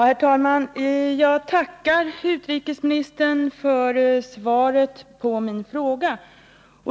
Herr talman! Jag tackar utrikesministern för svaret på min fråga.